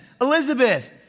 Elizabeth